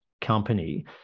company